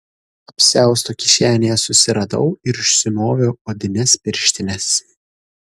apsiausto kišenėje susiradau ir užsimoviau odines pirštines